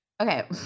Okay